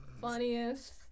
funniest